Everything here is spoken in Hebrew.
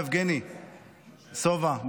יבגני סובה,